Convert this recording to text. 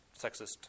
sexist